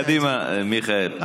קדימה, מיכאל.